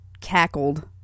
cackled